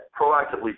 proactively